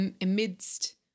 amidst